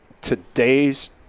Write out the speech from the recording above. today's